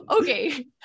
okay